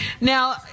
Now